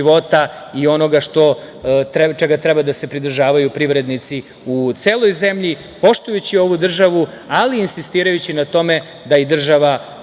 i onoga što čega treba da se pridržavaju privrednici u celoj zemlji, poštujući ovu državu, ali insistirajući na tome da i država